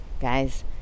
guys